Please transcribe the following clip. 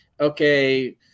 okay